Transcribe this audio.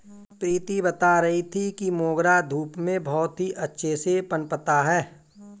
प्रीति बता रही थी कि मोगरा धूप में बहुत ही अच्छे से पनपता है